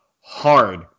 hard